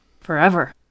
forever